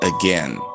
again